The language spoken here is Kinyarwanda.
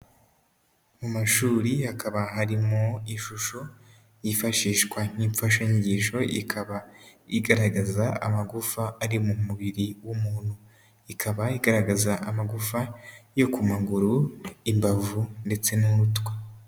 Mu imashuri hakaba harimo ishusho yifashishwa nk'imfashanyigisho, ikaba igaragaza amagufa ari mu mubiri w'umuntu, ikaba igaragaza amagufa yo ku maguru, imbavu ndetse n'umutwe.